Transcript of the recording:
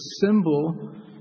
symbol